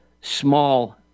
small